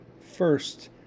First